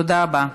תודה רבה.